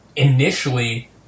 Initially